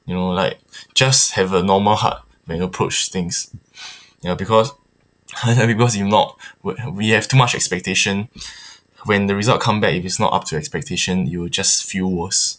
you know like just have a normal heart when you approach things ya because because you know w~ we have too much expectation when the result come back if it's not up to expectation it will just feel worse